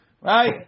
right